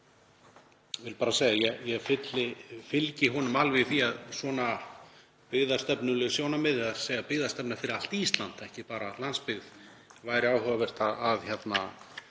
ég vil bara segja að ég fylgi honum alveg í því að svona byggðastefnuleg sjónarmið, þ.e. byggðastefnu fyrir allt Ísland, ekki bara landsbyggð, væri áhugavert að ræða.